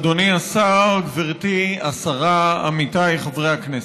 אדוני השר, גברתי השרה, עמיתיי חברי הכנסת,